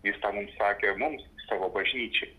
jis tą mums sakė mums savo bažnyčiai